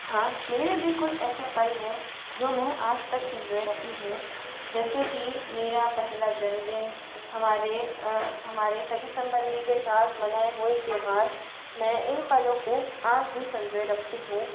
हाँ मेरे भी कुछ ऐसे पल हैं जो मह आज तक सँजोये रखी हूँ जैसे कि मेरा पहला जन्मदिन हमारे हमारे सगे संबंधी के साथ मनाया हुआ एक त्योहार मैं इन पलों को आज भी सँजोये रखती हूँ